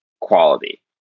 quality